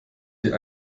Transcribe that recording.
die